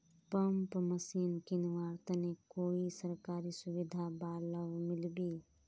Pump machine किनवार तने कोई सरकारी सुविधा बा लव मिल्बी?